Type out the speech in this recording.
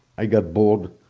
i got bored.